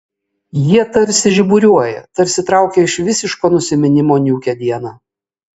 jie tarsi žiburiuoja tarsi traukia iš visiško nusiminimo niūkią dieną